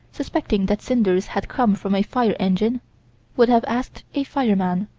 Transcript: suspecting that cinders had come from a fire engine would have asked a fireman.